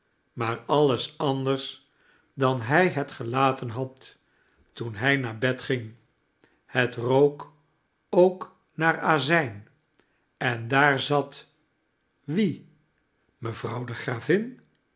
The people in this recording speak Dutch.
maar alles anders dan hij het gelaten had toen hij naar bed ging het rook ook naar azijn en daar zat wie mevrouw de gravin